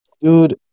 dude